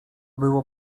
było